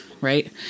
right